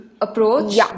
approach